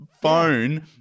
phone